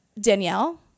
Danielle